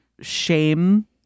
shame